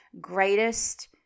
greatest